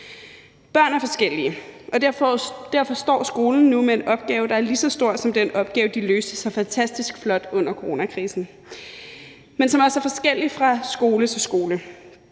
Børn er forskellige, og derfor står skolen nu med en opgave, der er lige så stor som den opgave, den løste så fantastisk flot under coronakrisen, men som også er forskellig fra skole til skole.